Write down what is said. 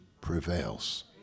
prevails